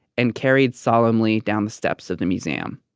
and carried solemnly down the steps of the museum.